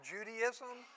Judaism